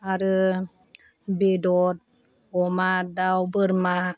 आरो बेदर अमा दाउ बोरमा